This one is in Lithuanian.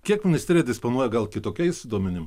kiek ministerija disponuoja gal kitokiais duomenim